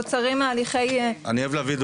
בסופו של דבר, אני חושב